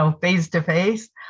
face-to-face